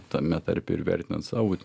tame tarpe ir vertinant savo